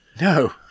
no